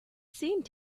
seemed